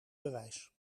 bewijs